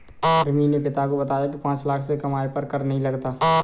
रिमी ने पिता को बताया की पांच लाख से कम आय पर कर नहीं लगता